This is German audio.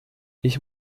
ich